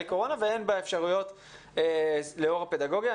הקורונה והן באפשרויות לאור הפדגוגיה.